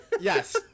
Yes